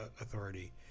authority